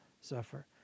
suffer